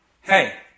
hey